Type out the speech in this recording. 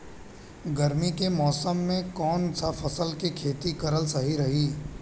गर्मी के मौषम मे कौन सा फसल के खेती करल सही रही?